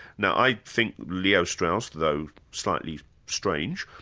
now i'd think leo strauss, though slightly strange,